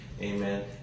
Amen